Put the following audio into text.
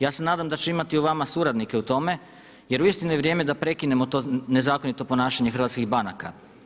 Ja se nadam da ću imati u vama suradnike u tome, jer uistinu je vrijeme da prekinemo to nezakonito ponašanje hrvatskih banaka.